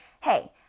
hey